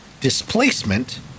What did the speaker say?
Displacement